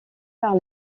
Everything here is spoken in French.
par